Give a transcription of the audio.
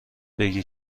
بگی